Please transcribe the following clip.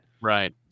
Right